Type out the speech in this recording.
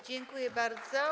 Dziękuję bardzo.